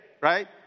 right